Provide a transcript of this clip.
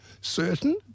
certain